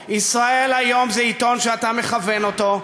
היום" "ישראל היום" זה עיתון שאתה מכוון אותו,